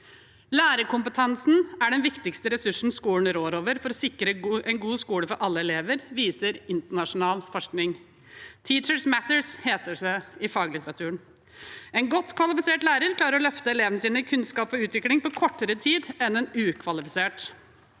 Lærerkompetansen er den viktigste ressursen skolen rår over for å sikre en god skole for alle elever, viser internasjonal forskning. «Teachers matter», heter det i faglitteraturen. En godt kvalifisert lærer klarer å løfte elevene sine i kunnskap og utvikling på kortere tid enn en ukvalifisert.